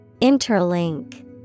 Interlink